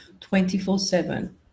24-7